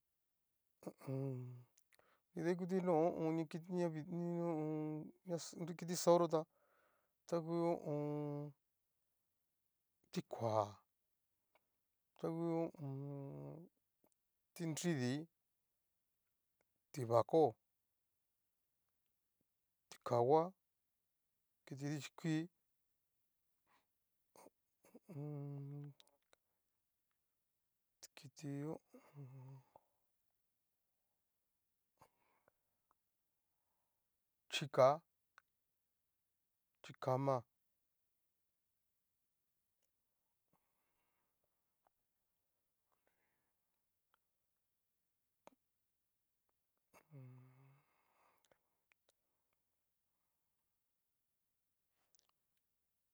Ho o on nridaikuti no ho on. kiti ñavidi ho o on. ña kiti kaoyó tá tangu ho o on. ti'ko'a, ta ngu ho o on. ti'nridii, ti'bako, ti kahua, kiti dichí kuii. ho o on. kiti ho o on. chika, chikama, hooooon.